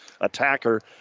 attacker